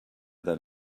that